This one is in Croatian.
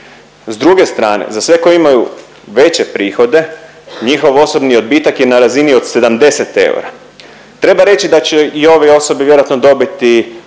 S druge strane za sve koji imaju veće prihode njihov osobni odbitak je na razini od 70 eura. Treba reći da će i ove osobe vjerojatno dobiti